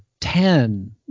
ten